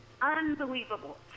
unbelievable